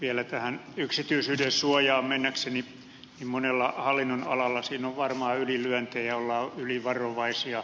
vielä tähän yksityisyyden suojaan mennäkseni monella hallinnonalalla siinä on varmaan ylilyöntejä ollaan ylivarovaisia